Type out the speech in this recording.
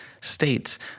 states